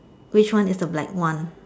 which one is the black one